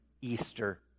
Easter